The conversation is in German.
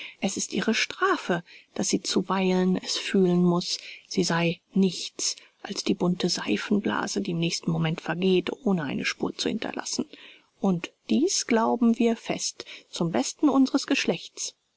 es ist ihre strafe daß sie zuweilen es fühlen muß sie sei nichts als die bunte seifenblase die im nächsten moment vergeht ohne eine spur zu hinterlassen und dies glauben wir fest zum besten unseres geschlechtes